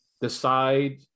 decide